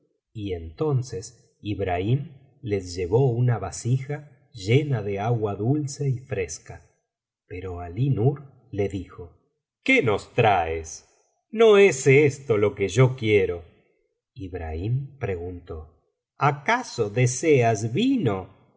y entonces ibrahim les llevó una vasija llena de agua dulce y fresca pero alí nur le dijo qué nos traes no es esto lo que yo quiero ibrahim preguntó acaso deseas vino